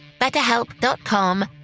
betterhelp.com